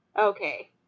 Okay